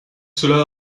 cela